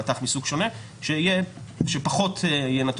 מט"ח מסוג שונה שיהיה נתון לפחות מניפולציות.